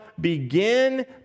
begin